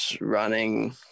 running